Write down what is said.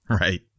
right